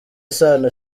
sano